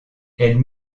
elle